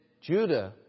Judah